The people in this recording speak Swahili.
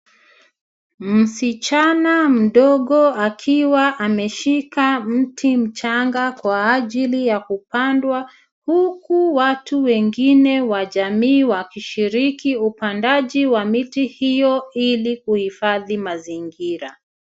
Msichana mdogo akiwa ameshika mti mchanga kwa ajili ya kupandwa huku watu wengine wa jamii wakishiriki upandaji wa miti hiyo ili kuhifadhi mazingira.